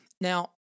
Now